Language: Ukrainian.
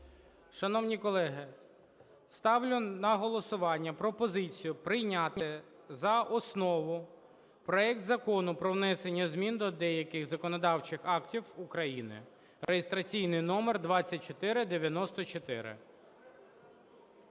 Шановні колеги, ставлю на голосування пропозицію прийняти за основу проект Закону про внесення змін до деяких законодавчих актів України (реєстраційний номер 2494).